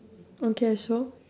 okay so